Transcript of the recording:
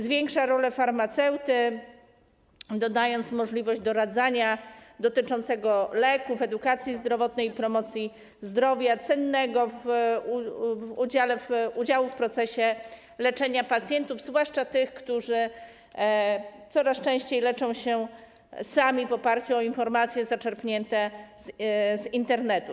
Zwiększa rolę farmaceuty, dodając możliwość doradzania dotyczącego leków, edukacji zdrowotnej i promocji zdrowia, cennego udziału w procesie leczenia pacjentów, zwłaszcza tych, którzy coraz częściej leczą się sami w oparciu o informacje zaczerpnięte z Internetu.